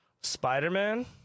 Spider-Man